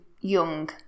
young